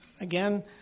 again